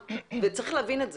צריך להבין את זה,